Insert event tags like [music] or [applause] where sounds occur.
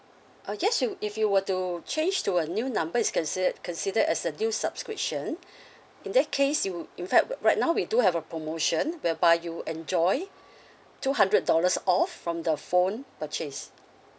uh yes you if you were to change to a new number is considered consider as a new subscription [breath] in that case you in fact right now we do have a promotion whereby you enjoy [breath] two hundred dollars off from the phone purchase